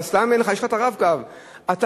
אתה,